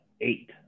eight